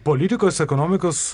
politikos ekonomikos